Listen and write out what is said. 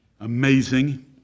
Amazing